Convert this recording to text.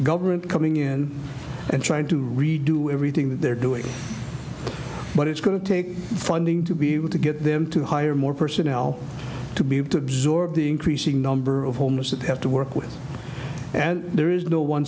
government coming in and trying to redo everything that they're doing but it's going to take funding to be able to get them to hire more personnel to be able to absorb the increasing number of homeless that they have to work with and there is no one